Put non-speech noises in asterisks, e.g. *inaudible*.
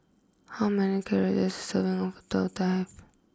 how many calories a serving of *unintelligible* have